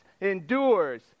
endures